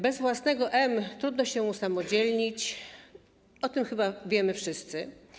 Bez własnego M trudno się usamodzielnić, o tym chyba wiemy wszyscy.